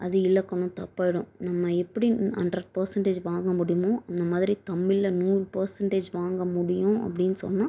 அது இலக்கணம் தப்பாகிடும் நம்ம எப்படி ஹண்ட்ரட் பர்சண்டேஜ் வாங்க முடியுமோ அந்த மாதிரி தமிழில் நூறு பர்சண்டேஜ் வாங்க முடியும் அப்படின்னு சொன்னால்